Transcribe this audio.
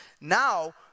now